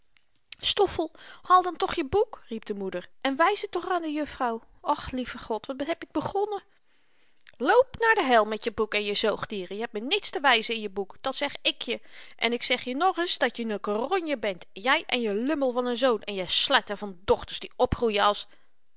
stoffel haal dan toch je boek riep de moeder en wys t toch aan de juffrouw ach lieve god wat heb ik begonnen loop naar de hel met je boek en je zoogdieren je hebt me niets te wyzen in je boek dat zeg ik je en ik zeg je nogeens dat je n n keronje bent jy en je lummel van n zoon en je sletten van dochters die opgroeien als